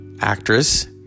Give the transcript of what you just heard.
actress